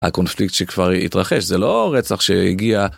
הקונפליקט שכבר התרחש זה לא רצח שהגיע